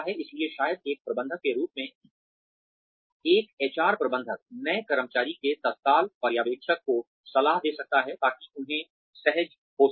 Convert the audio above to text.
इसलिए शायद एक प्रबंधक के रूप में एक एचआर प्रबंधक नए कर्मचारी के तत्काल पर्यवेक्षक को सलाह दे सकता है ताकि उन्हें सहज हो सके